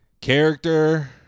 Character